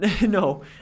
No